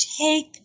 take